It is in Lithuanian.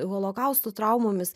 holokaustų traumomis